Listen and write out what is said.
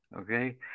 Okay